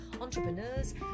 entrepreneurs